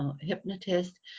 hypnotist